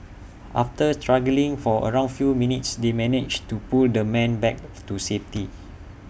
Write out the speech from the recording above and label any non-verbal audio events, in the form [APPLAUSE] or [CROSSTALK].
after struggling for around few minutes they managed to pull the man back [NOISE] to safety